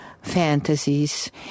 Fantasies